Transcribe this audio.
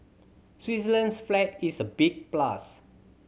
Switzerland's flag is a big plus